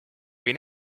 või